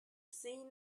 seen